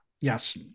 yes